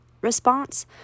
response